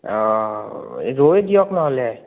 অঁ ৰৌৱে দিয়ক নহ'লে